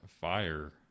fire